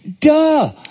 duh